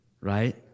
right